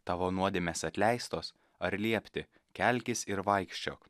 tavo nuodėmės atleistos ar liepti kelkis ir vaikščiok